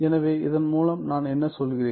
எனவே இதன் மூலம் நான் என்ன சொல்கிறேன்